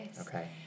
okay